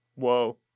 whoa